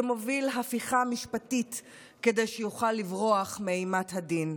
שמוביל הפיכה משפטית כדי שיוכל לברוח מאימת הדין?